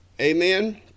amen